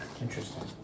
Interesting